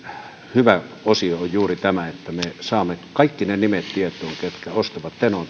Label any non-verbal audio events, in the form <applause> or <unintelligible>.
hyvä osio on juuri tämä että me saamme kaikki ne nimet tietoon ketkä ostavat tenon <unintelligible>